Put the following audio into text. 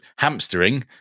hamstering